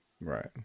Right